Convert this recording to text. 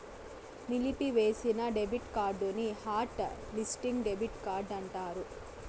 నిలిపివేసిన డెబిట్ కార్డుని hot listing debit card అంటారు